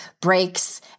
breaks